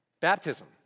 Baptism